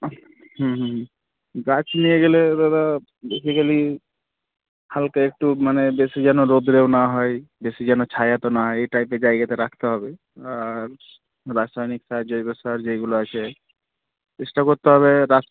হুম হুম হুম গাছ নিয়ে গেলে দাদা বেসিকালি হালকা একটু মানে বেশি যেন রৌদ্রেও না হয় বেশি যেন ছায়াতে না হয় এই টাইপের জায়গাতে রাখতে হবে আর রাসায়নিক সার জৈব সার যেগুলো আছে চেষ্টা করতে হবে